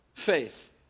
faith